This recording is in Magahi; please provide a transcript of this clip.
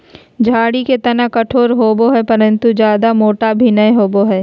झाड़ी के तना कठोर होबो हइ परंतु जयादा मोटा भी नैय होबो हइ